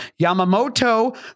Yamamoto